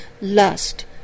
lust